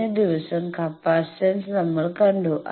കഴിഞ്ഞ ദിവസം കപ്പാസിറ്റൻസ് നമ്മൾ കണ്ടു